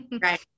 Right